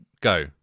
Go